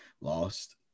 lost